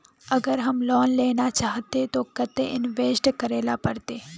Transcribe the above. अगर हम लोन लेना चाहते तो केते इंवेस्ट करेला पड़ते?